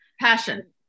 Passion